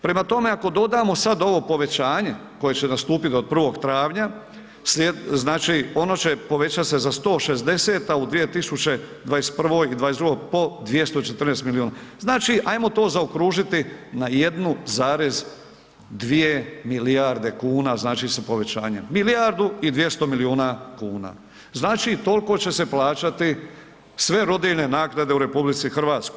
Prema tome, ako dodamo sad ovo povećanje koje će nastupit od 1. travnja, znači ono će povećat se za 160, a u 2021. i '22. po 214 milijuna, znači ajmo to zaokružiti na 1,2 milijarde kuna, znači sa povećanjem, milijardu i 200 milijuna kuna, znači tolko će se plaćati sve rodiljne naknade u RH.